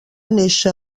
néixer